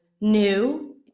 new